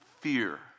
fear